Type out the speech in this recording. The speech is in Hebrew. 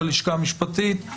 הלשכה המשפטית.